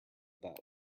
that